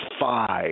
five